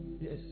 Yes